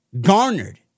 garnered